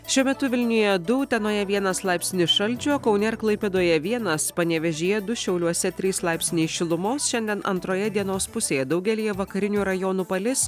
šiuo metu vilniuje du utenoje vienas laipsnis šalčio kaune ir klaipėdoje vienas panevėžyje du šiauliuose trys laipsniai šilumos šiandien antroje dienos pusėje daugelyje vakarinių rajonų palis